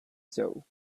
soul